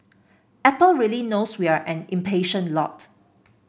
apple really knows we are an impatient lot